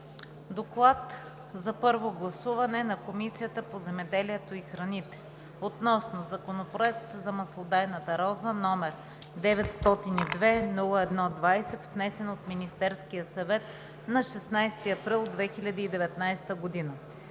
„ДОКЛАД за първо гласуване на Комисията по земеделието и храните относно Законопроект за маслодайната роза № 902-01-20, внесен от Министерския съвет на 16 април 2019 г.